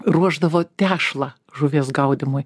ruošdavo tešlą žuvies gaudymui